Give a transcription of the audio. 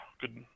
good